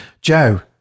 Joe